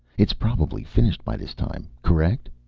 it's probably finished by this time. correct?